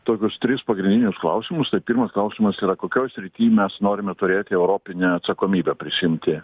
tokius tris pagrindinius klausimus tai pirmas klausimas yra kokioj srityj mes norime turėti europinę atsakomybę prisiimti